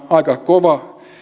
aika kova